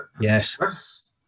Yes